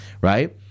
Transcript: right